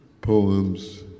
poems